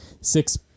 six